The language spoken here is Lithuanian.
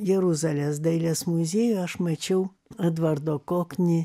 jeruzalės dailės muziejuj aš mačiau edvardo kokni